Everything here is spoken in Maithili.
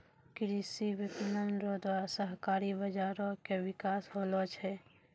कृषि विपणन रो द्वारा सहकारी बाजारो के बिकास होलो छै